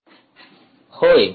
विद्यार्थी होय